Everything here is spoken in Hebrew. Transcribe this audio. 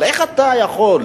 אבל איך אתה יכול,